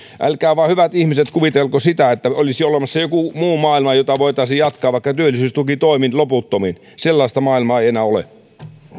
älkää vain hyvät ihmiset kuvitelko sitä että olisi olemassa joku muu maailma jota voitaisiin jatkaa vaikka työllisyystukitoimin loputtomiin sellaista maailmaa ei enää ole